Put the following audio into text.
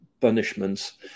punishments